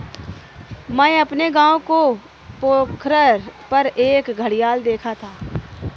मैंने अपने गांव के पोखर पर एक घड़ियाल देखा था